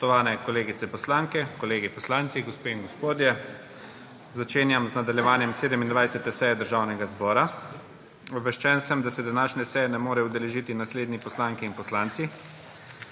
Spoštovani kolegice poslanke, kolegi poslanci, gospe in gospodje! Začenjam z nadaljevanjem 27. seje Državnega zbora. Obveščen sem, da se današnje seje ne morejo udeležiti naslednji poslanke in poslanci: